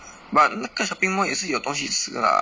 but 那个 shopping mall 也是有东西吃 lah